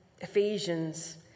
Ephesians